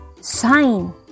sign